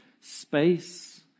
space